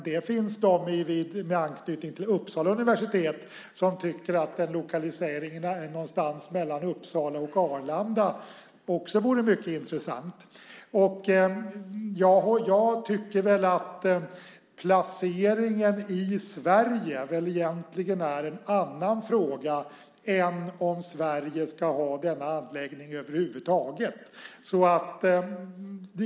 Det finns de med anknytning till Uppsala universitet som tycker att en lokalisering någonstans mellan Uppsala och Arlanda också vore mycket intressant. Jag tycker väl att placeringen i Sverige egentligen är en annan fråga än om Sverige ska ha denna anläggning över huvud taget.